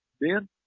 Ben